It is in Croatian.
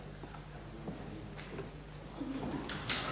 Hvala vam.